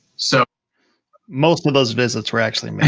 so most of those visits were actually me.